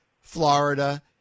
florida